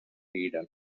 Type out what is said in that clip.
eden